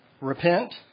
Repent